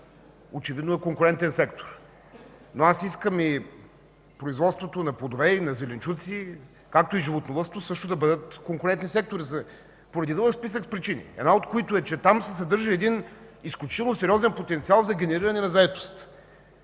очевидно е конкурентен сектор, но искам и производството на плодове, на зеленчуци, както и животновъдството също да бъдат конкурентни сектори по ред причини, една от които е, че там се съдържа изключително сериозен потенциал за генериране на заетост.